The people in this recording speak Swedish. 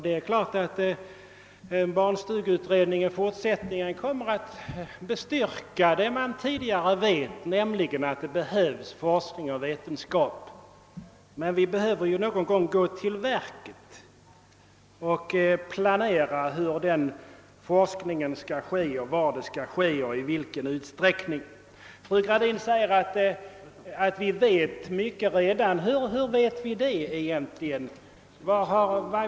Det är klart att barnstugeutredningen i fortsättningen kommer att bestyrka det man tidigare vet, nämligen att det behövs vetenskaplig forskning, men vi behöver någon gång gå till verket och planera hur den forskningen skall ske, var och i vilken utsträckning 'den skall bedrivas. Fru Gradin säger att vi redan vet mycket. Hur vet vi egentligen det?